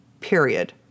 period